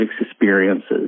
experiences